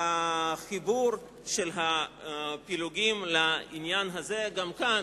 והחיבור של הפילוגים לעניין הזה, גם כאן